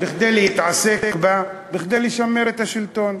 כדי להתעסק בה, כדי לשמר את השלטון,